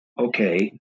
okay